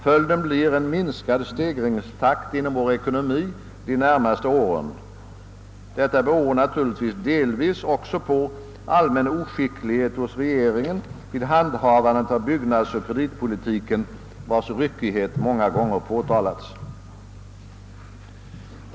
Följden blir en minskad stegringstakt inom vår ekonomi de närmaste åren. Detta beror naturligtvis delvis också på allmän oskicklighet hos regeringen vid handhavandet av byggnadsoch kreditpolitiken, vars ryckighet många gånger har påtalats.